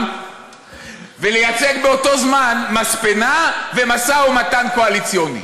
ולייצג באותו זמן מספנה ומשא ומתן קואליציוני?